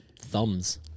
thumbs